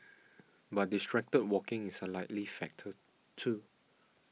but distracted walking is a likely factor too